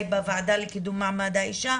בוועדה לקידום מעמד האישה,